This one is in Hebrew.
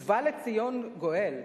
ובא לציון גואל: